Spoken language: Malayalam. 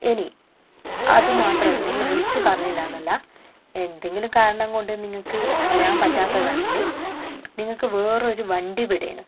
ഇനി അതുമാത്രമല്ല നിങ്ങൾ വിളിച്ചു പറഞ്ഞില്ല എന്നല്ല എന്തെങ്കിലും കാരണം കൊണ്ട് നിങ്ങൾക്ക് വരാൻ പറ്റാത്തതാണെങ്കിൽ നിങ്ങൾക്ക് വേറെ ഒരു വണ്ടി വിടേനു